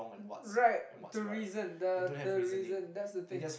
right to reason the the reason that's the thing